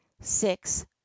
six